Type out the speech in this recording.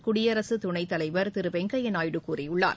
குடியரசு துணைத்தலைவர் திரு வெங்கையா நாயுடு கூறியுள்ளார்